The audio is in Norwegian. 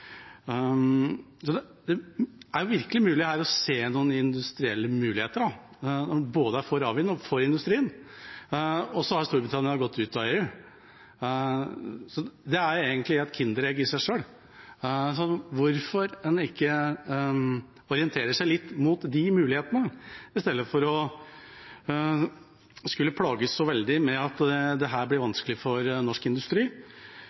så det er jo virkelig mulig her å se noen industrielle muligheter, når en både er for havvind og for industrien. Så har Storbritannia gått ut av EU, og det er egentlig et kinderegg i seg selv. Hvorfor ikke orientere seg litt mot de mulighetene, i stedet for å skulle plages så veldig med at dette blir vanskelig for norsk industri.